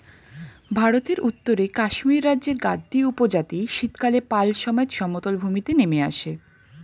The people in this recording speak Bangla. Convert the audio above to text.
ভারতের উত্তরে কাশ্মীর রাজ্যের গাদ্দী উপজাতি শীতকালে পাল সমেত সমতল ভূমিতে নেমে আসে